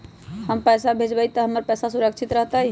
हम पैसा भेजबई तो हमर पैसा सुरक्षित रहतई?